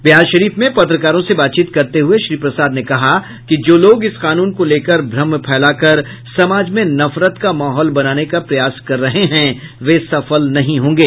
बिहारशरीफ में पत्रकारों से बातचीत करते हुए श्री प्रसाद ने कहा कि जो लोग इस कानून को लेकर भ्रम फैला कर समाज में नफरत का माहौल बनाने का प्रयास कर रहे हैं वे सफल नहीं होंगे